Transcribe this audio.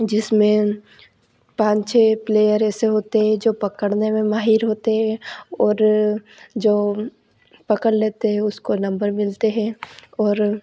जिसमें जिमें पाँच छः प्लेयर ऐसे होते हैं जो पकड़ने में माहिर होते हैं और जो पकड़ लेते हैं उसको नम्बर मिलते हैं और